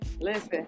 Listen